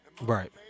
Right